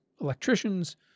electricians